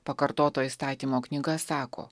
pakartoto įstatymo knyga sako